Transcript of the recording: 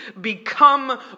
become